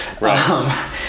right